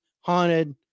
haunted